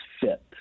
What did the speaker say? fit